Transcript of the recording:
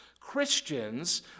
Christians